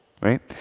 right